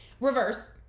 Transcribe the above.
Reverse